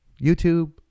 YouTube